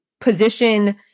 position